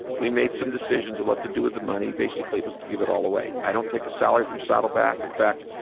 we made some decisions on what to do with the money. basically, it was to give it all away. i don't take the salary from saddleback. in fact,